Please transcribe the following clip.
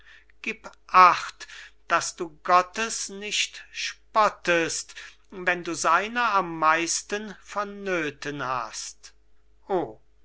gib acht daß du gottes nicht spottest wenn du seiner am meisten vonnöthen hast o